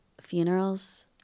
funerals